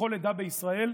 בכל עדה בישראל,